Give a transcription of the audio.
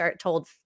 told